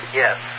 yes